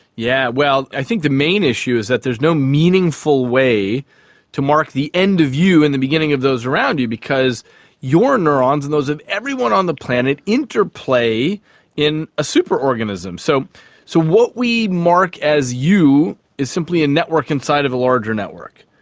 yeah well, i think the main issue is that there is no meaningful way to mark the end of you and the beginning of those around you because your neurons and those of everyone on the planet interplay in a super-organism. so so what we're mark as you is simply a network inside of a larger network.